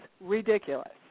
ridiculous